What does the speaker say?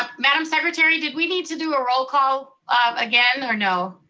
madam secretary, did we need to do a roll call again, or no?